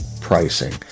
pricing